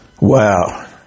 Wow